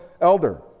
elder